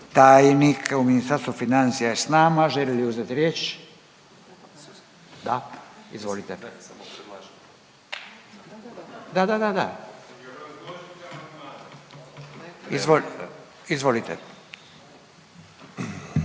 tajnik u Ministarstvu financija je s nama. Želi li uzeti riječ? Da, izvolite. …/Upadica se